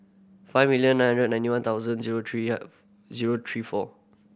five million nine hundred ninety one thoudand zero three zero three four